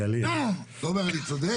תומר, אני צודק?